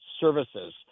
services